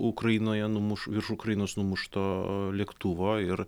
ukrainoje numuš virš ukrainos numušto lėktuvo ir